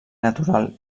natural